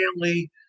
family